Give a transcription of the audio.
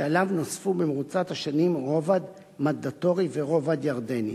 שעליו נוספו במרוצת השנים רובד מנדטורי ורובד ירדני.